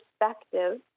perspective